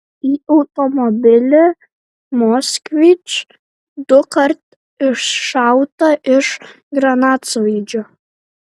į automobilį moskvič dukart iššauta iš granatsvaidžio